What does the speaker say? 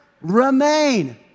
remain